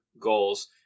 goals